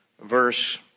verse